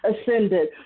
ascended